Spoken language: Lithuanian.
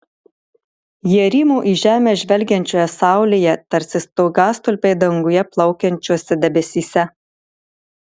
jie rymo į žemę žvelgiančioje saulėje tarsi stogastulpiai danguje plaukiančiuose debesyse